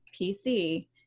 PC